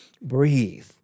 breathe